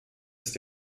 ist